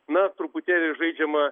na truputėlį žaidžiama